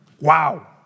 wow